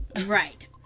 Right